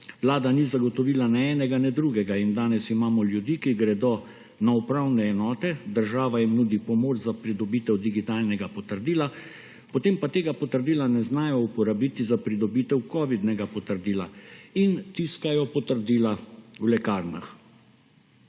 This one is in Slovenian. Vlada ni zagotovila ne enega ne drugega in danes imamo ljudi, ki gredo na upravne enote, država jim nudi pomoč za pridobitev digitalnega potrdila, potem pa tega potrdila ne znajo uporabiti za pridobitev kovidnega potrdila in tiskajo potrdila v lekarnah.